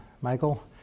Michael